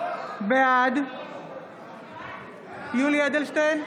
בעד יולי יואל אדלשטיין,